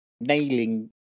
nailing